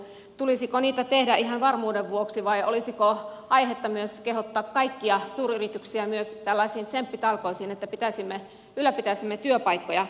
tulisiko niitä tehdä ihan varmuuden vuoksi vai olisiko myös aihetta kehottaa kaikkia suuryrityksiä tällaisiin tsemppitalkoisiin että ylläpitäisimme työpaikkoja